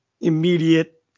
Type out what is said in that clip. immediate